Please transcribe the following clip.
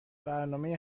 برنامهی